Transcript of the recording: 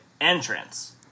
entrance